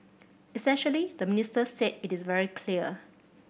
essentially the minister said it is very clear